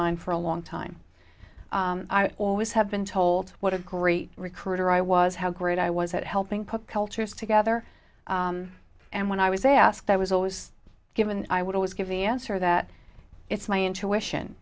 mine for a long time i always have been told what a great recruiter i was how great i was at helping put cultures together and when i was asked i was always given i would always give the answer that it's my intuition